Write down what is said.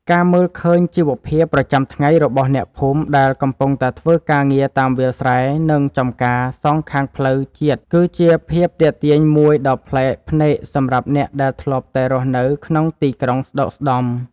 ការមើលឃើញជីវភាពប្រចាំថ្ងៃរបស់អ្នកភូមិដែលកំពុងតែធ្វើការងារតាមវាលស្រែ និង ចម្ការសងខាងផ្លូវជាតិគឺជាភាពទាក់ទាញមួយដ៏ប្លែកភ្នែកសម្រាប់អ្នកដែលធ្លាប់តែរស់នៅក្នុងទីក្រុងស្ដុកស្ដម្ភ។